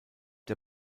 der